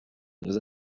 nos